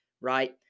right